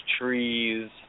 trees